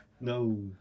No